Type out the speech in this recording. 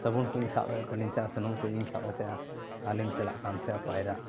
ᱥᱟᱵᱩᱱ ᱠᱩᱧ ᱥᱟᱵᱮᱫ ᱛᱟᱦᱮᱱᱟ ᱥᱩᱱᱩᱢ ᱠᱚᱭᱤᱧ ᱥᱟᱵᱮᱫ ᱛᱟᱦᱮᱱᱟ ᱟᱨᱤᱧ ᱪᱟᱹᱞᱟᱜ ᱠᱟᱱ ᱛᱟᱦᱮᱱᱟ ᱯᱟᱭᱨᱟᱜ